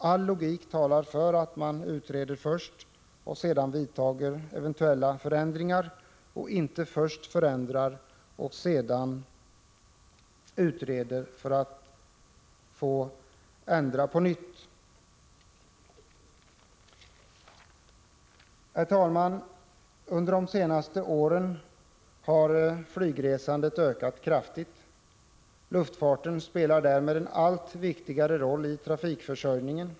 All logik talar för att man utreder först och sedan vidtar eventuella förändringar och inte först förändrar och sedan utreder för att få ändra på nytt. Herr talman! Under de senaste åren har flygresandet ökat kraftigt. Luftfarten spelar därmed en allt viktigare roll i trafikförsörjningen.